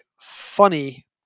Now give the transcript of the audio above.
funny